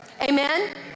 Amen